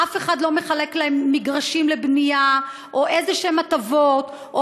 אף אחד לא מחלק להם מגרשים לבנייה או הטבות כלשהן,